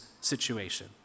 situation